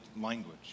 language